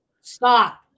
stop